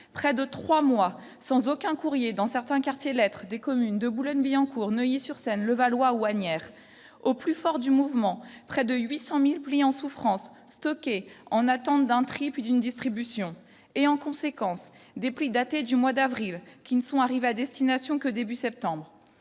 près de 3 mois sans aucun courrier dans certains quartiers lettres des communes de Boulogne-Billancourt, Neuilly-sur-Seine, Levallois-One hier au plus fort du mouvement, près de 800000 plis en souffrance stockés en attente d'un tri d'une distribution et en conséquence des prix daté du mois d'avril, qui ne sont arrivés à destination que début septembre,